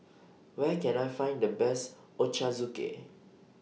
Where Can I Find The Best Ochazuke